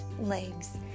legs